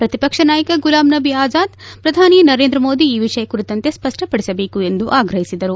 ಪ್ರತಿಪಕ್ಷ ನಾಯಕ ಗುಲಾಂ ನಬಿ ಆಜಾದ್ ಪ್ರಧಾನಿ ನರೇಂದ್ರ ಮೋದಿ ಈ ವಿಷಯ ಕುರಿತಂತೆ ಸ್ಪಷ್ಪಪಡಿಸಬೇಕು ಎಂದು ಆಗ್ರಹಿಸಿದರು